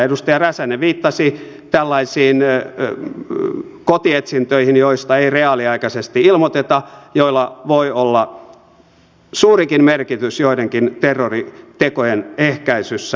edustaja räsänen viittasi tällaisiin kotietsintöihin joista ei reaaliaikaisesti ilmoiteta joilla voi olla suurikin merkitys joidenkin terroritekojen ehkäisyssä